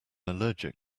allergic